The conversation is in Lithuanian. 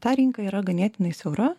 ta rinka yra ganėtinai siaura